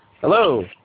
Hello